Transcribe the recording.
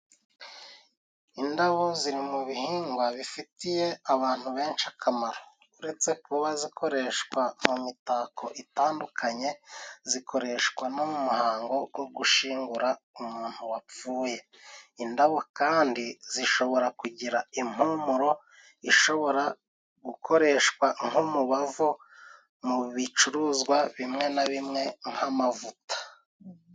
Indabo ziri mu bihingwa bifitiye abantu benshi akamaro. Uretse kuba zikoreshwa mu mitako itandukanye, zikoreshwa no mu umuhango wo gushingura umuntu wapfuye. Indabo kandi zishobora kugira impumuro, ishobora gukoreshwa nk'umubavu mu bicuruzwa bimwe na bimwe nk'amavuta.